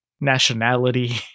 nationality